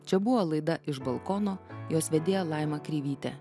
čia buvo laida iš balkono jos vedėja laima kreivytė